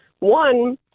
One